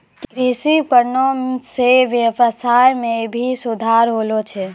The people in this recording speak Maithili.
कृषि उपकरण सें ब्यबसाय में भी सुधार होलो छै